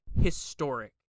historic